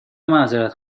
معذرت